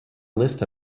list